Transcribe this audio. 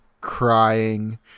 crying